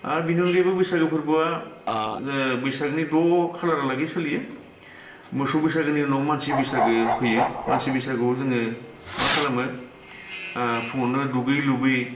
आर बिनि अनगायैबो बैसागु फोरबोआ ओ बैसागनि द' खालारहालागि सोलियो मोसौ बैसागोनि उनाव मानसि बैसागो फैयो मानसि बैसागोआव जोङो मा खालामो ओ फुङावनो दुगै लोबै